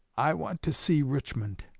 i want to see richmond.